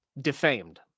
defamed